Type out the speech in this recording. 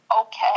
Okay